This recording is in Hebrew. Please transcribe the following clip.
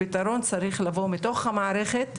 הפתרון צריך לבוא מתוך המערכת.